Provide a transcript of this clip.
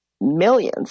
millions